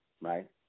right